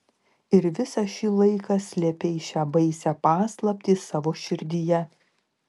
ir visą šį laiką slėpei šią baisią paslaptį savo širdyje